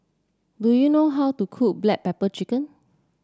do you know how to cook Black Pepper Chicken